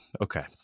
Okay